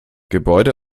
gebäude